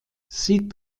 sie